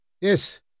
Yes